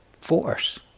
force